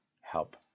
help